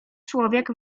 człowiek